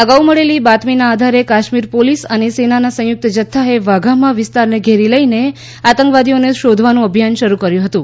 અગાઉ મળેલી બાતમીના આધારે કાશ્મીર પોલીસ અને સેનાનાં સંયુક્ત જથ્થાએ વાઘામાં વિસ્તારને ઘેરી લઈને આતંકવાદીઓને શોધવાનું અભિયાન શરૂ કર્યું હતું